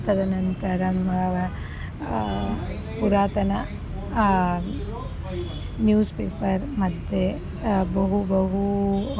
तदनन्तरम् पुरातन news paper मध्ये बहु बहु